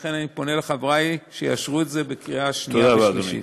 ולכן אני פונה לחברי שיאשרו את זה בקריאה שנייה ושלישית.